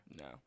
No